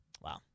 Wow